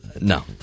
No